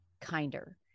kinder